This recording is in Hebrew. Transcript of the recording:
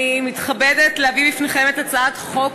אני מתכבדת להביא בפניכם את הצעת חוק